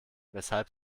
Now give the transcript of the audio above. weshalb